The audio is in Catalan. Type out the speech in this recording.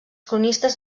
cronistes